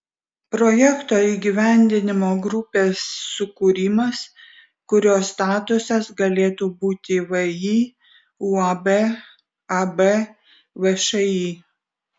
projekto įgyvendinimo grupės sukūrimas kurio statusas galėtų būti vį uab ab všį